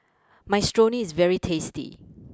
Minestrone is very tasty